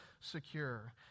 secure